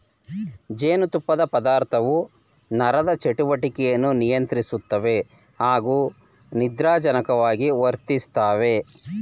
ಜೇನುತುಪ್ಪದ ಪದಾರ್ಥವು ನರದ ಚಟುವಟಿಕೆಯನ್ನು ನಿಯಂತ್ರಿಸುತ್ತವೆ ಮತ್ತು ನಿದ್ರಾಜನಕವಾಗಿ ವರ್ತಿಸ್ತವೆ